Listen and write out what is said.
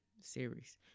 series